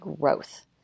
growth